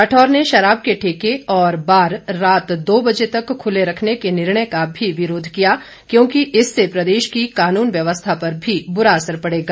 राठौर ने शराब के ठेके और बार रात दो बजे तक खुले रखने के निर्णय का भी विरोध किया क्योंकि इससे प्रदेश की कानून व्यवस्था पर भी बुरा असर पड़ेगा